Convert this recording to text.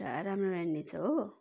एउटा राम्रो रहेन रहेछ हो